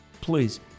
please